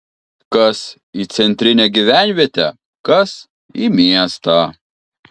kas į centrinę gyvenvietę kas į miestą